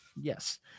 Yes